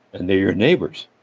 and they're your neighbors.